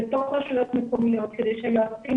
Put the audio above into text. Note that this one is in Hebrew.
בתוך רשויות מקומיות כדי שהיועצים